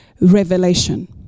revelation